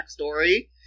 backstory